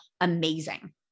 amazing